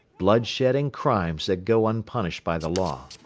bloodshed and crimes that go unpunished by the law.